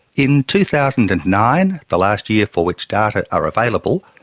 in two thousand and nine, the last year for which data are available,